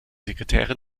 sekretärin